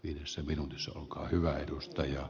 yhdessä minun solkaa hyvä edustajia